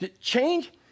Change